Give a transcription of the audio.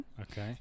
Okay